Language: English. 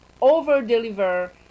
over-deliver